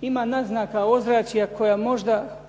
ima naznaka ozračja koja možda